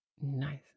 Nice